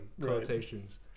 quotations